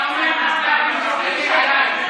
אתה אומר "נפתלי" ומסתכל עליי.